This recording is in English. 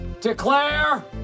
declare